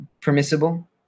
permissible